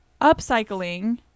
upcycling